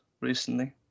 recently